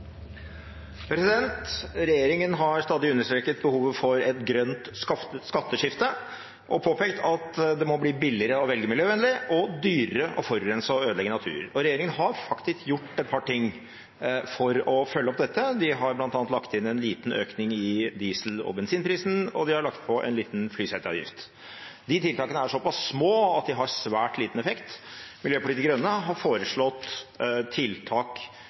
har påpekt at det må bli billigere å velge miljøvennlig og dyrere å forurense og ødelegge natur – og regjeringen har faktisk gjort et par ting for å følge opp dette. De har bl.a. lagt inn en liten økning av dieselprisen og bensinprisen, og de har lagt på en liten flyseteavgift. De tiltakene er såpass små at de har svært liten effekt. Miljøpartiet De Grønne har foreslått tiltak